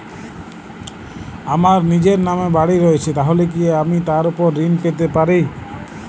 আমার নিজের নামে বাড়ী রয়েছে তাহলে কি আমি তার ওপর ঋণ পেতে পারি?